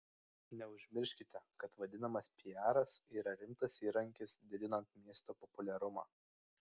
neužmirškite kad vadinamas piaras yra rimtas įrankis didinant miesto populiarumą